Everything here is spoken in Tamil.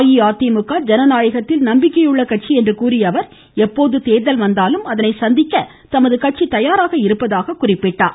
அஇஅதிமுக ஜனநாயகத்தில் நம்பிக்கையுள்ள கட்சி என்று கூறிய அவர் எப்போது தேர்தல் வந்தாலும் அதனை சந்திக்க தமது கட்சி தயாராக இருப்பதாக கூறினார்